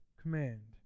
command